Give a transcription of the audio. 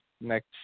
next